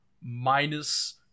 minus